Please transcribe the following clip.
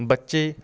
ਬੱਚੇ